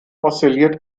oszilliert